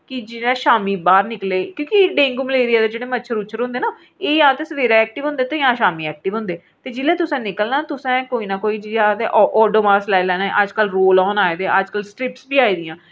कि जि'यां शामी बाह्र निकले क्यूंकि ड़ेंगु मलेरिया दे मच्छर होंदे ना एह् जां ते सवेरे ऐक्टिव होंदे ते जां ते शामी ऐक्टिव होंदे ते जेल्लै तुसें निकलना ते कोई ना कोई जियां ओड़ोमाॅस लाई लैना अजकल रोलआनॅ आए दे अजकल स्ट्रिप्स बी आईं दियां